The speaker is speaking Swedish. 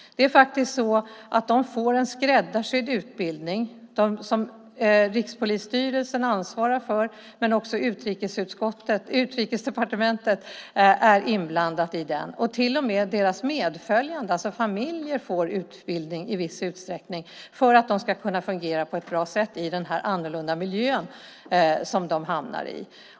De får en skräddarsydd utbildning som Rikspolisstyrelsen ansvarar för, men även Utrikesdepartementet är inblandat i den. Till och med deras medföljande, alltså familjerna, får utbildning i viss utsträckning för att de ska kunna fungera på ett bra sätt i den annorlunda miljö som de hamnar i.